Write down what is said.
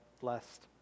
blessed